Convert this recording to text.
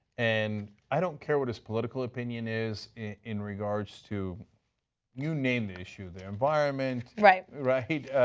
and, i don't care what his political opinion is in regards to you name the issue the environment, right. right?